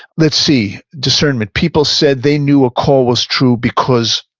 let's see. discernment, people said they knew a call was true because